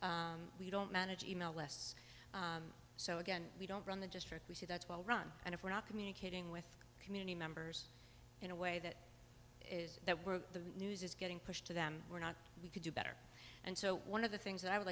emails we don't manage email less so again we don't run the district we see that's well run and if we're not communicating with community members in a way that is that we're the news is getting pushed to them we're not we could do better and so one of the things that i would